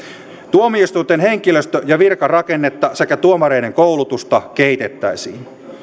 tuomioistuinten henkilöstö ja virkarakennetta sekä tuomareiden koulutusta kehitettäisiin